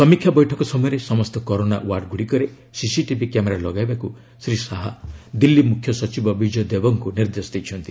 ସମୀକ୍ଷା ବୈଠକ ସମୟରେ ସମସ୍ତ କରୋନା ୱାର୍ଡଗ୍ରଡ଼ିକରେ ସିସିଟିଭି କ୍ୟାମେରା ଲଗାଇବାକୁ ଶ୍ରୀ ଶାହା ଦିଲ୍ଲୀ ମ୍ରଖ୍ୟସଚିବ ବିଜୟ ଦେବଙ୍କ ନିର୍ଦ୍ଦେଶ ଦେଇଛନ୍ତି